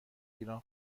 ایران